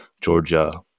Georgia